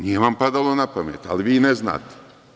Nije vam padalo na pamet, ali vi ne znate.